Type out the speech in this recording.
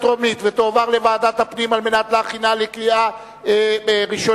טרומית ותועבר לוועדת הפנים על מנת להכינה לקריאה ראשונה,